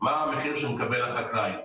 מה המחיר שמקבל החקלאי.